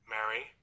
Mary